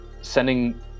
sending